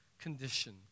condition